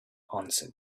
answered